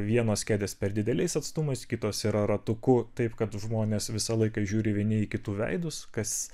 vienos kėdės per dideliais atstumais kitos yra ratuku taip kad žmonės visą laiką žiūri vieni į kitų veidus kas